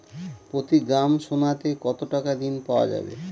প্রতি গ্রাম সোনাতে কত টাকা ঋণ পাওয়া যাবে?